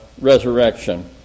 resurrection